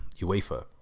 UEFA